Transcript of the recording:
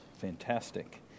fantastic